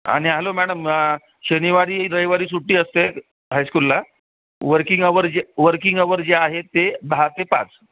आणि hello madam शनिवारी रविवारी सुट्टी असते हायस्कूलला वर्किंग आवर जे वर्किंग आवर जे आहे ते दहा ते पाच